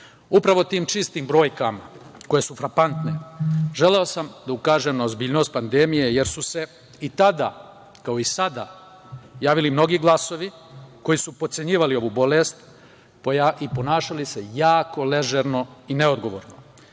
godini. Upravo tim čistim brojkama, koje su frapantne, želeo sam da ukažem na ozbiljnost pandemije, jer su se i tada, kao i sada, javili mnogi glasovi koji su potcenjivali ovu bolest i ponašali se jako ležerno i neodgovorno. Istine